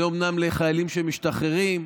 זה אומנם לחיילים שמשתחררים,